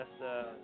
yes